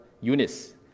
Eunice